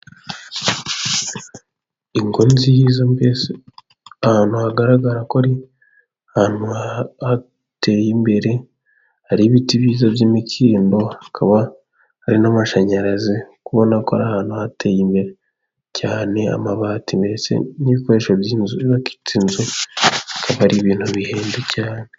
Ingo nziza , mbese ahantu hagaragara ko ari ahantu hateye imbere. Hari ibiti byiza by'imikindo, hakaba hari n'amashanyarazi. Kubona ko ari ahantu hateye imbere cyane : amabati n'ibikoresho by'inzu byubatse inzu akaba ari ibintu bihenze cyane.